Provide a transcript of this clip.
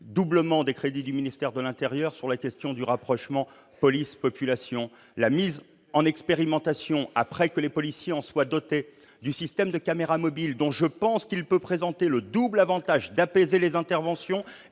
doublement des crédits du ministère de l'intérieur sur la question du rapprochement entre la police et la population et la mise en expérimentation prochaine, quand les policiers en seront dotés, du système de caméra mobile, qui, à mon sens, peut présenter le double avantage d'apaiser les interventions